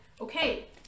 okay